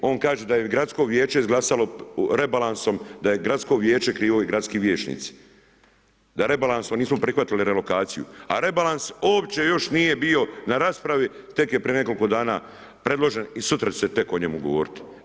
On kaže da je gradsko vijeće izglasalo rebalansom, da je gradsko vijeće krivo i gradski vijeće krivo i gradski vijećnici, da rebalansom nismo prihvatili relokaciju a rebalans uopće još nije bio na raspravi, tek je prije nekoliko dana predloženi i sutra će se tek o njemu govoriti.